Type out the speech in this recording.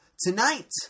Tonight